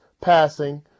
passing